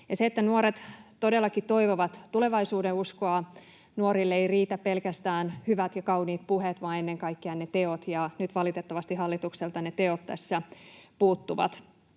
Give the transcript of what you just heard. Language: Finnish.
arkeen. Nuoret todellakin toivovat tulevaisuudenuskoa. Nuorille eivät riitä pelkästään hyvät ja kauniit puheet vaan ennen kaikkea ne teot, ja nyt valitettavasti hallitukselta ne teot tässä puuttuvat.